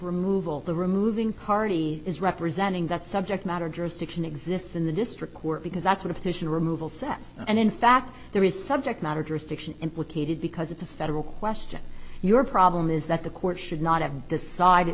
removal the removing party is representing that subject matter jurisdiction exists in the district court because that's what a petition removal sets and in fact there is subject matter jurisdiction implicated because it's a federal question your problem is that the court should not have decided